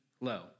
low